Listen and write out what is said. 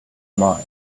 mind